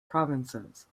provinces